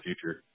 future